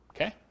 Okay